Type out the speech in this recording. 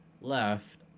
left